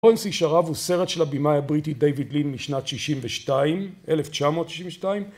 לורנס איש ערב הוא סרט של הבמאי הבריטי דיוויד לי משנת שישים ושתיים, אלף תשע מאות שישים ושתיים